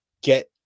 get